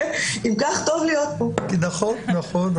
סדר הדין